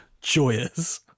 joyous